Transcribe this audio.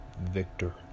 victor